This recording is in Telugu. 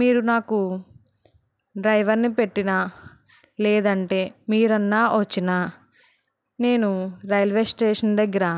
మీరు నాకు డ్రైవర్ని పెట్టిన లేదంటే మీరన్నా వచ్చినా నేను రైల్వే స్టేషన్ దగ్గర